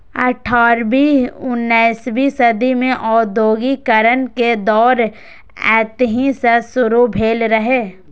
अठारहवीं उन्नसवीं सदी मे औद्योगिकीकरण के दौर एतहि सं शुरू भेल रहै